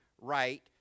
right